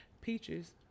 Peaches